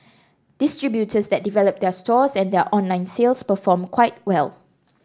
distributors that develop their stores and their online sales perform quite well